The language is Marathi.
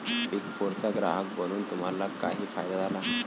बिग फोरचा ग्राहक बनून तुम्हाला काही फायदा झाला?